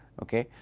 okay.